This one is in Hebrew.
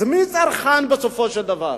אז מי הצרכן, בסופו של דבר?